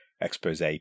expose